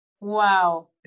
Wow